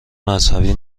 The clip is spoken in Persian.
مذهبی